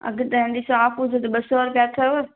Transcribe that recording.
अॻिते तव्हांजी हाफुस त ॿ सौ जा अथव